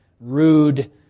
rude